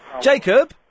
Jacob